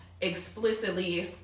explicitly